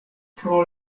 pro